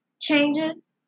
changes